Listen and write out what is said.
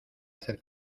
hacer